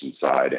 side